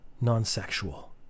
non-sexual